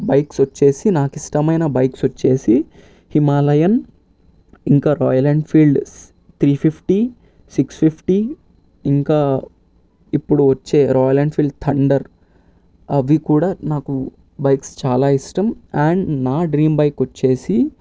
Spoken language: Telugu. బైక్స్ వచ్చేసి నాకు ఇష్టమైన బైక్స్ వచ్చేసి హిమాలయన్ ఇంకా Royal Enfield three fifty six fifty ఇంకా ఇప్పుడు వచ్చే రాయల్ ఎన్ఫీల్డ్ థండర్ అవి కూడా నాకు బైక్స్ చాలా ఇష్టం అండ్ నా డ్రీమ్ బైక్ వచ్చేసి